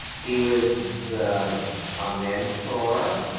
he was a mentor,